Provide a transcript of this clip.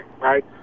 Right